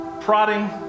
prodding